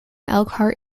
elkhart